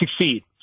succeed